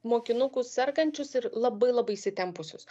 mokinukus sergančius ir labai labai įsitempusius